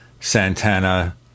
santana